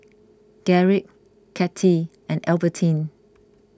Garrick Kattie and Albertine